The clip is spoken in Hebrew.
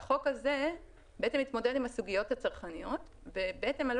והחוק הזה התמודד עם הסוגיות הצרכניות ועלו